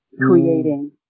creating